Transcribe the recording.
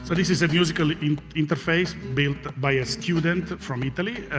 but this is a musical interface built by a student from italy,